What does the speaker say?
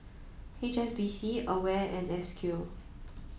H S B C A W A R E and S Q